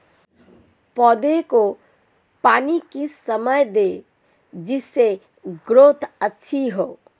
पौधे को पानी किस समय दें जिससे ग्रोथ अच्छी हो?